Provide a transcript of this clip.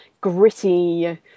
gritty